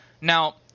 Now